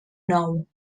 nou